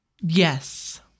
Yes